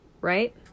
right